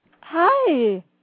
Hi